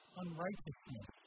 unrighteousness